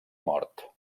mort